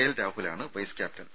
L രാഹുലാണ് vice captain